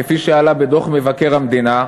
כפי שעלה בדוח מבקר המדינה,